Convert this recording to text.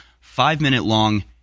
five-minute-long